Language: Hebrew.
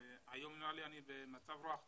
והיום אני במצב רוח טוב,